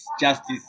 justice